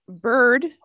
Bird